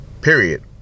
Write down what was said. period